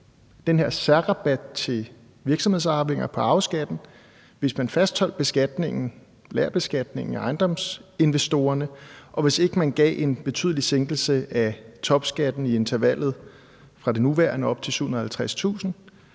den her skatterabat til virksomhedsarvinger på arveskatten, hvis man fastholdt beskatningen, lagerbeskatningen, af ejendomsinvestorerne, og hvis ikke man gav en betydelig sænkelse af topskatten i intervallet fra det nuværende op til 750.000